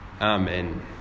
Amen